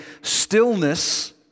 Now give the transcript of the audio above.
stillness